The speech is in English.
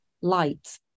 light